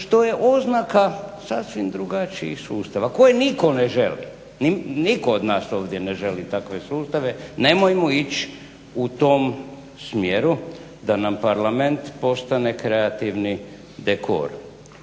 što je oznaka sasvim drugačijih sustava koje nitko ne želi, nitko od nas ovdje ne želi takve sustave. Nemojmo ići u tom smjeru da nam parlament postane kreativni dekor